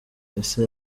ese